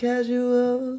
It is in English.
Casual